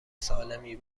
سالمی